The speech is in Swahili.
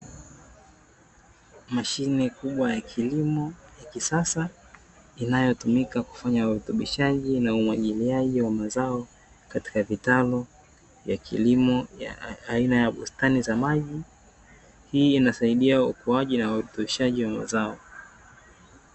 Mashine kubwa ya kilimo ya kisasa, inayotumika kufanya urutubishaji na umwagiliaji wa mazao katika vitalu vya kilimo ya aina ya bustani ya maji. Hii inasaidia ukuaji na uoteshaji wa mazao.